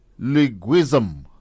Liguism